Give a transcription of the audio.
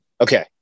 Okay